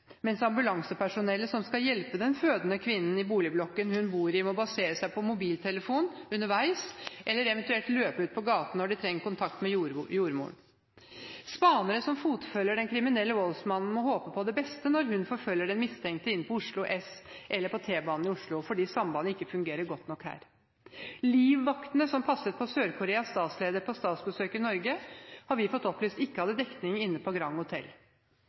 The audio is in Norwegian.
mens ambulansepersonellet som skal hjelpe den fødende kvinnen i boligblokken hun bor i, må basere seg på mobiltelefon underveis eller eventuelt løpe ut på gaten når de trenger kontakt med jordmor. Spaneren som fotfølger den kriminelle voldsmannen, må håpe på det beste når hun forfølger den mistenkte inn på Oslo S eller på T-banen i Oslo, fordi sambandet ikke fungerer godt nok her. Livvaktene som passet på Sør-Koreas statsleder på statsbesøk i Norge, har vi fått opplyst ikke hadde dekning inne på